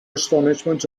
astonishment